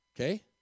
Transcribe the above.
Okay